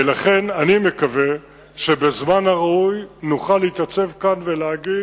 ולכן אני מקווה שבזמן הראוי נוכל להתייצב כאן ולהגיד: